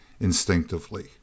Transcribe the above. instinctively